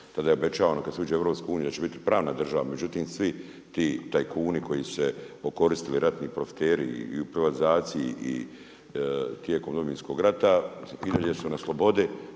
tada obećavano kada se uđe u EU da ćemo biti pravna država, međutim svi ti tajkuni koji su se okoristili, ratni profiteri i u privatizaciji i tijekom Domovinskog rata i dalje su na slobodi,